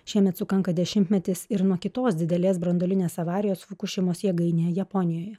šiemet sukanka dešimtmetis ir nuo kitos didelės branduolinės avarijos fukušimos jėgainėje japonijoje